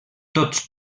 tots